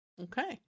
Okay